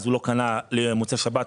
הוא לא קנה למוצאי שבת,